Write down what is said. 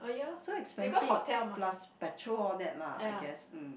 so expensive plus petrol all that lah I guess